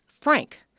Frank